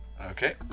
Okay